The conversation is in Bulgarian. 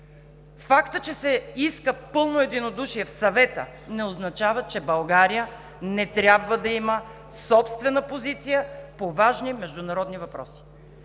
Фактът, че се иска пълно единодушие в Съвета, не означава, че България не трябва да има собствена позиция по важни международни въпроси,